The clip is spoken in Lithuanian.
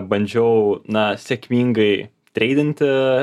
bandžiau na sėkmingai treidinti